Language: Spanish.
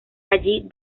allí